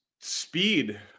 speed